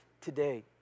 today